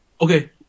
Okay